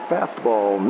Fastball